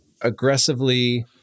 aggressively